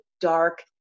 dark